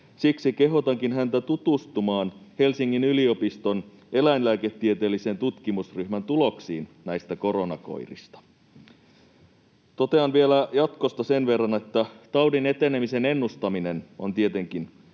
siksi kehotankin häntä tutustumaan Helsingin yliopiston eläinlääketieteellisen tutkimusryhmän tuloksiin näistä koronakoirista. Totean vielä jatkosta sen verran, että taudin etenemisen ennustaminen on tietenkin